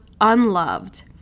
unloved